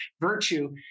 virtue